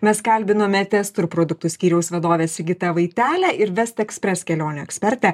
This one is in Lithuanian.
mes kalbinome testur produktų skyriaus vadovę sigitą vaitelę ir vest ekspres kelionių ekspertę